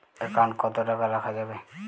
Account কত টাকা রাখা যাবে?